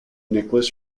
nicholas